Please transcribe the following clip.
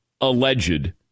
alleged